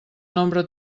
nombre